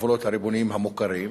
הגבולות הריבוניים המוכרים,